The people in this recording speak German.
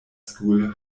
school